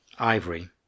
ivory